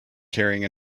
carrying